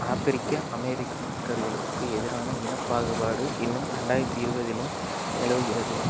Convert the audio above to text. ஆப்பிரிக்க அமெரிக்கர்களுக்கு எதிரான இனப்பாகுபாடு இன்னும் ரெண்டாயிரத்தி இருபதிலும் நிலவுகிறது